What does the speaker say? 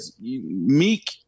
Meek